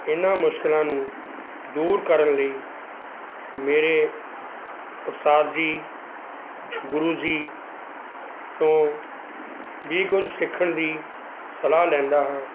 ਇਹਨਾਂ ਮੁਸ਼ਕਲਾਂ ਨੂੰ ਦੂਰ ਕਰਨ ਲਈ ਮੇਰੇ ਉਸਤਾਦ ਜੀ ਗੁਰੂ ਜੀ ਤੋਂ ਵੀ ਕੁੱਝ ਸਿੱਖਣ ਦੀ ਸਲਾਹ ਲੈਂਦਾ ਹਾਂ